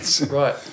Right